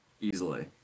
easily